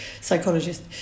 psychologist